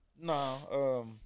No